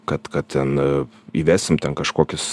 kad kad ten įvesim ten kažkokius